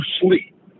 sleep